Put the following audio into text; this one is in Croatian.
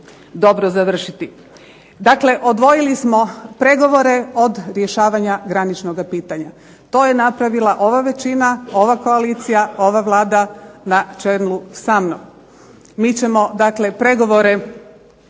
dobro završiti. Dakle, odvojili smo pregovore od rješavanja graničnog pitanja. To je napravila ova većina, ova koalicija, ova Vlada na čelu sa mnom. Mi ćemo pregovore